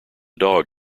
dog